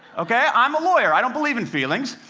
okay? i'm a lawyer i don't believe in feelings.